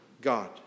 God